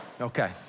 Okay